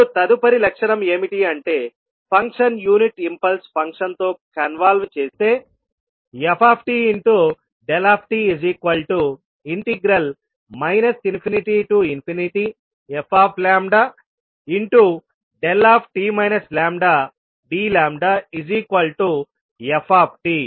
ఇప్పుడు తదుపరి లక్షణం ఏమిటి అంటే ఫంక్షన్ యూనిట్ ఇంపల్స్ ఫంక్షన్తో కన్వాల్వ్ చేస్తే ftδt ∞ft λdλf